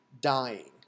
dying